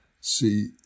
see